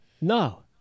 No